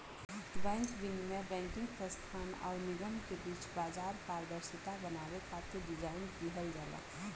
bank विनियम banking संस्थान आउर निगम के बीच बाजार पारदर्शिता बनावे खातिर डिज़ाइन किहल जाला